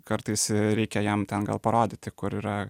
kartais reikia jam ten gal parodyti kur yra